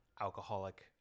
alcoholic